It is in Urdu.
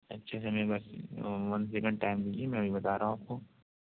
اچھا تو ہمیں بس وہ ون سکینڈ ٹائم دیجیے میں ابھی بتا رہا ہوں آپ کو